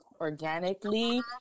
organically